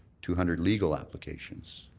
two hundred legal applications.